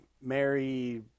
Mary